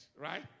right